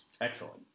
Excellent